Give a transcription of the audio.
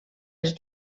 els